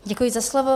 Děkuji za slovo.